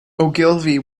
ogilvy